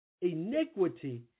iniquity